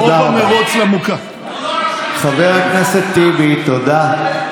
כמו במרוץ למוקטעה, חבר הכנסת טיבי, תודה.